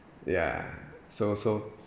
ya so so